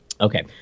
Okay